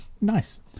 Nice